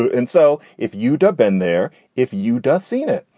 ah and so if you dub in there, if you does scene it,